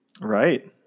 Right